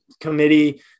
committee